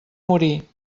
morir